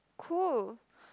cool